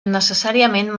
necessàriament